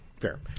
Fair